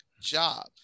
job